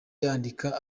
yandika